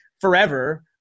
forever